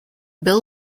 bill